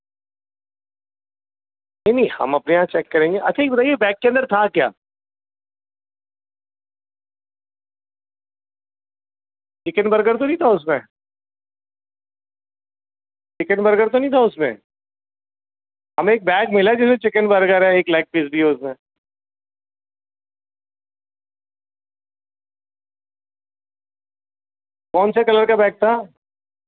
نہیں نہیں ہم اپنے یہاں چیک کریں گے اچھا یہ بتائیے بیگ کے اندر تھا کیا چکن برگر تو نہیں تھا اس میں چکن برگر تو نہیں تھا اس میں ہمیں ایک بیگ ملا جس میں چکن برگر ہے ایک لیگ پیس بھی ہے اس میں کون سے کلر کا بیگ تھا